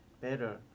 better